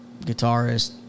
Guitarist